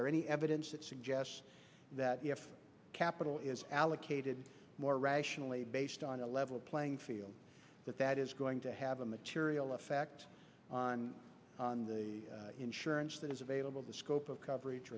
there any evidence that suggests that if capital is allocated more rationally based on a level playing field that that is going to have a material effect on on the insurance that is available the scope of coverage